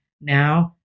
now